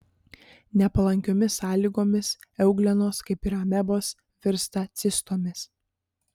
nepalankiomis sąlygomis euglenos kaip ir amebos virsta cistomis